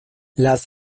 las